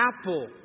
apple